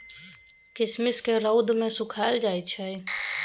किशमिश केँ रौद मे सुखाएल जाई छै